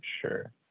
sure